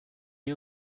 you